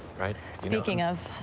right? speaking of.